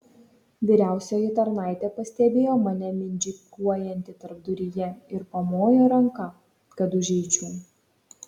vyriausioji tarnaitė pastebėjo mane mindžikuojantį tarpduryje ir pamojo ranka kad užeičiau